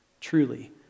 Truly